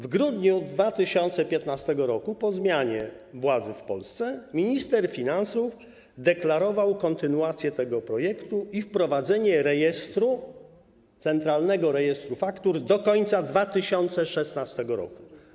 W grudniu 2015 r. po zmianie władzy w Polsce, minister finansów deklarował kontynuację tego projektu i wprowadzenie Centralnego Rejestru Faktur do końca 2016 r.